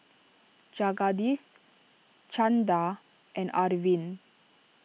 Jagadish Chanda and Arvind